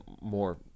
more